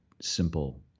simple